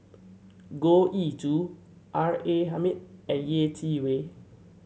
Goh Ee Choo R A Hamid and Yeh Chi Wei